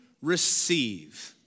receive